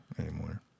anymore